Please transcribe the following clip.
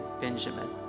Benjamin